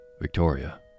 Victoria